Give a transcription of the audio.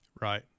Right